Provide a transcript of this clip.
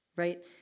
Right